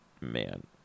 man